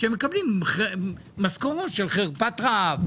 שמקבלים משכורות של חרפת רעב,